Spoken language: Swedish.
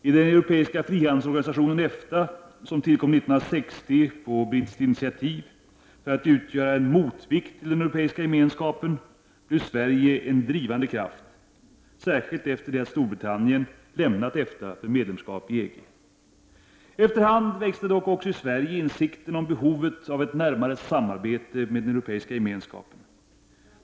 I den europeiska frihandelsorganisationen EFTA, som tillkom 1960 på brittiskt initiativ för att utgöra en motvikt till den europeiska gemenskapen, blev Sverige en drivande kraft, särskilt efter det att Storbritannien lämnat EFTA för medlemskap i EG. Efter hand växte dock också i Sverige insikten om behovet av ett närmare samarbete med den Europeiska gemenskapen.